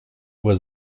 was